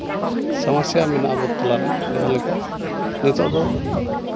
ᱥᱟᱦᱚᱥ ᱨᱮᱭᱟᱜ ᱢᱮᱱᱟᱜᱼᱟ ᱟᱵᱚ ᱛᱟᱞᱟᱨᱮ ᱡᱟᱦᱟᱸ ᱞᱮᱠᱟ ᱱᱤᱛᱚᱜ ᱫᱚ